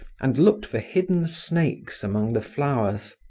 and looked for hidden snakes among the flowers.